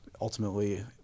ultimately